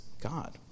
God